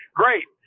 great